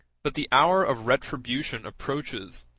but the hour of retribution approaches,